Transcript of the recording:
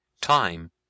Time